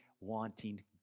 wanting